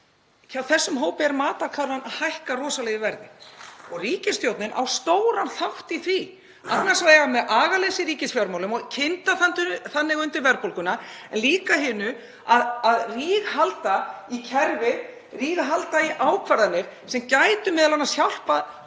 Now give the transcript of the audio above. Hjá þessum hópi er matarkarfan að hækka rosalega í verði og ríkisstjórnin á stóran þátt í því, annars vegar með agaleysi í ríkisfjármálum og kyndir þannig undir verðbólguna en líka hinu, að ríghalda í kerfi, ríghalda í ákvarðanir sem gætu m.a. hjálpað